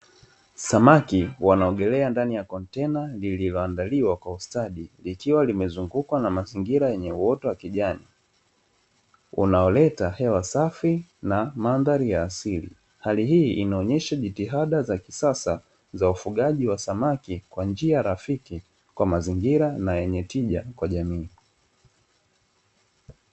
Samaki wanaogelea ndani ya kontena lililoandaliwa kwa ustadi likiwaa limezungukwa na mazingira yenye uoto wa kijani, unaoleta hewa safi na mandhari ya asili. Hali hii inaonesha jitihada za kisasa za ufugaji wa samaki kwa njia rafiki kwa mazingira na yenye tija kwa jamii.